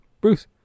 Bruce